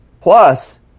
Plus